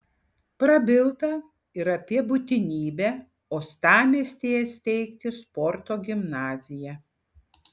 prabilta ir apie būtinybę uostamiestyje steigti sporto gimnaziją